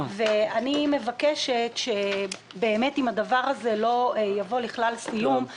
אני מבינה שהדבר הזה לא מגיע לכלל סיום.